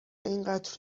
اینقدر